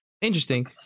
interesting